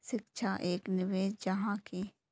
शिक्षा एक निवेश जाहा की?